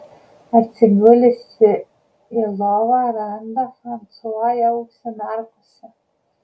atsigulusi į lovą randa fransua jau užsimerkusį